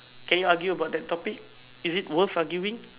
can you argue about that topic is it worth arguing